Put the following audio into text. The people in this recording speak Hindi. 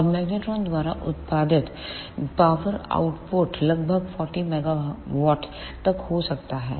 और मैग्नेट्रोन द्वारा उत्पादित पावर आउटपुट लगभग 40 MW तक हो सकता है